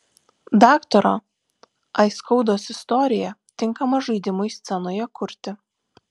daktaro aiskaudos istorija tinkama žaidimui scenoje kurti